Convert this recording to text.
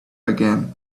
again